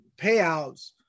payouts